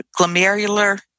glomerular